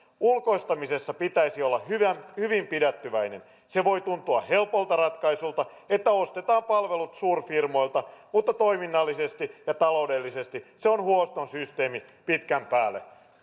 ulkoistamisessa pitäisi olla hyvin pidättyväinen se voi tuntua helpolta ratkaisulta että ostetaan palvelut suurfirmoilta mutta toiminnallisesti ja taloudellisesti se on huono systeemi pitkän päälle